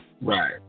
Right